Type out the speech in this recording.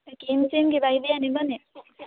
এই ক্ৰীম চ্ৰীম কিবা আনিব নেকি